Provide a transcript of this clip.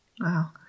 Wow